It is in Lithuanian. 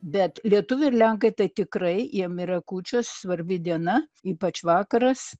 bet lietuviai ir lenkai tai tikrai jiem yra kūčios svarbi diena ypač vakaras